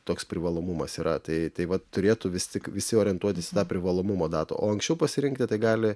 toks privalomumas yra tai tai vat turėtų vis tik visi orientuotis į tą privalomumo datą o anksčiau pasirinkti tai gali